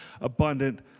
abundant